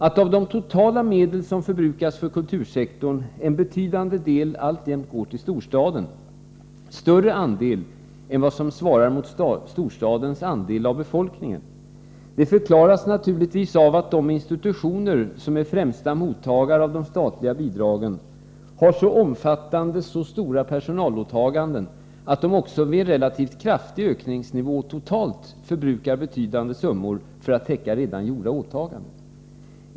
Att av de totala medel som förbrukas för kultursektorn en betydande del alltjämt går till storstaden — större andel än vad som svarar mot storstadens andel av befolkningen — förklaras naturligtvis av att de institutioner som är främsta mottagare av de statliga bidragen har så omfattande personalåtagande att de även vid en relativt kraftig ökningsnivå totalt sett förbrukar betydande summor för att täcka redan gjorda åtaganden.